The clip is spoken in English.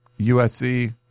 USC